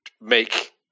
make